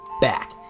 back